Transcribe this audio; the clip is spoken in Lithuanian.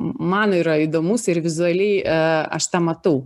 man yra įdomus ir vizualiai e aš tą matau